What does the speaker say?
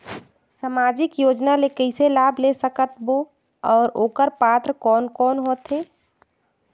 समाजिक योजना ले कइसे लाभ ले सकत बो और ओकर पात्र कोन कोन हो थे?